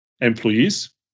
employees